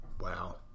Wow